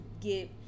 get